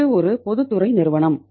இது ஒரு பொதுத்துறை நிறுவனம்